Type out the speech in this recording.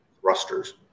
thrusters